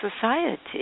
society